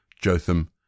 Jotham